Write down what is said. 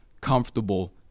comfortable